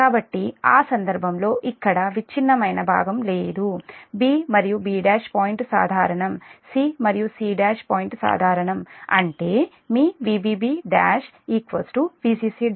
కాబట్టి ఆ సందర్భంలో ఇక్కడ విచ్ఛిన్నమైన భాగం లేదు b మరియు b1 పాయింట్ సాధారణం c మరియు c1 పాయింట్ సాధారణం అంటే మీ Vbb1 Vcc1 0